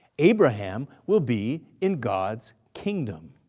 abraham will be in god's kingdom.